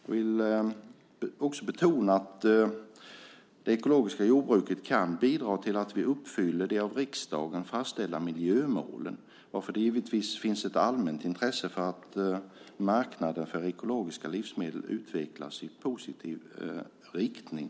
Jag vill också betona att det ekologiska jordbruket kan bidra till att vi uppfyller de av riksdagen fastställda miljömålen, varför det givetvis finns ett allmänt intresse av att marknaden för ekologiska livsmedel utvecklas i positiv riktning.